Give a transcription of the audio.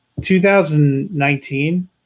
2019